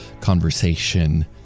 conversation